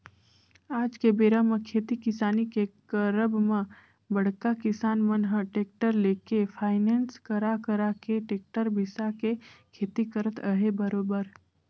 आज के बेरा म खेती किसानी के करब म बड़का किसान मन ह टेक्टर लेके फायनेंस करा करा के टेक्टर बिसा के खेती करत अहे बरोबर